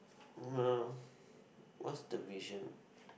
what's the vision